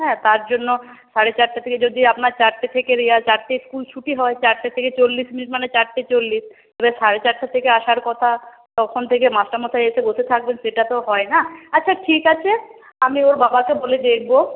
হ্যাঁ তার জন্য সাড়ে চারটা থেকে যদি আপনার চারটে থেকে চারটেই স্কুল ছুটি হয় চারটে থেকে চল্লিশ মিনিট মানে চারটে চল্লিশ তাহলে সাড়ে চারটা থেকে আসার কথা তখন থেকে মাস্টারমশাই এসে বসে থাকবেন সেটাতো হয় না আচ্ছা ঠিক আছে আমি ওর বাবাকে বলে দেখবো